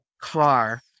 car